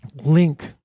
Link